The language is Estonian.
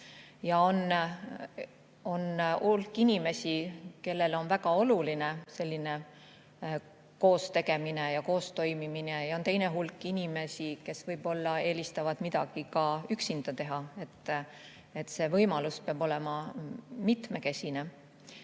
On hulk inimesi, kellele on väga oluline koostegemine ja koostoimimine, ja on teine hulk inimesi, kes võib-olla eelistavad midagi ka üksinda teha. Võimalused peavad olema mitmekesised.